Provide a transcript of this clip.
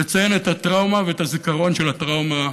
לציין את הטראומה ואת הזיכרון של הטראומה